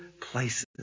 places